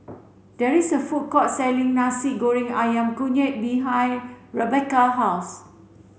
there is a food court selling Nasi Goreng Ayam Kunyit behind Rebekah house